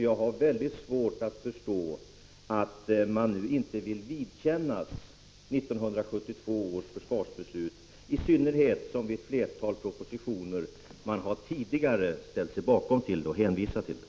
Jag har mycket svårt att förstå att man nu inte vill kännas vid 1972 års försvarsbeslut, i synnerhet som man alltså i ett flertal propositioner tidigare ställt sig bakom det och hänvisat till det.